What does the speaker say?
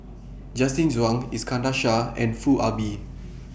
Justin Zhuang Iskandar Shah and Foo Ah Bee